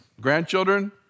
grandchildren